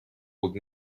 would